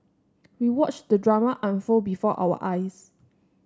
we watched the drama unfold before our eyes